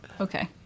okay